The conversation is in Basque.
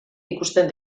ikusten